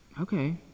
okay